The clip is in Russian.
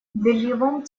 бельевом